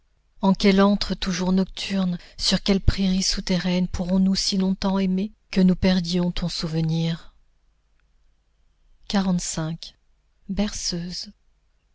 en quel antre toujours nocturne sur quelle prairie souterraine pourrons-nous si longtemps aimer que nous perdions ton souvenir berceuse